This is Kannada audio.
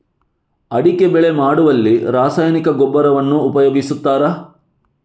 ಅಡಿಕೆ ಬೆಳೆ ಮಾಡುವಲ್ಲಿ ರಾಸಾಯನಿಕ ಗೊಬ್ಬರವನ್ನು ಉಪಯೋಗಿಸ್ತಾರ?